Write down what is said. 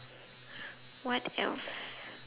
what else